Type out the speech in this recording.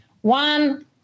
One